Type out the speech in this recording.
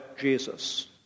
Jesus